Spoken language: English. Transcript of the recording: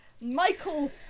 Michael